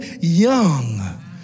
young